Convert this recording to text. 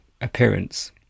appearance